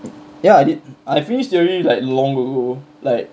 ya I did I finished theory like long ago